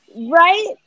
right